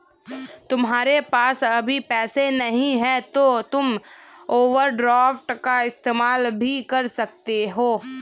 तुम्हारे पास अभी पैसे नहीं है तो तुम ओवरड्राफ्ट का इस्तेमाल भी कर सकते हो